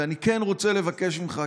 ואני כן רוצה לבקש ממך,